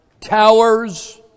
towers